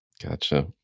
Gotcha